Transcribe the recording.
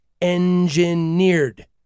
engineered